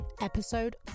episode